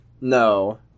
No